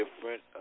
different